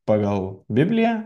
pagal bibliją